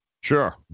Sure